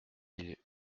mille